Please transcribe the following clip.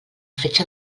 fetge